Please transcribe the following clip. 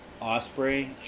Osprey